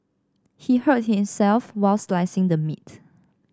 he hurt himself while slicing the meat